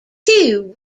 two